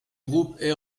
groupe